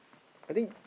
I think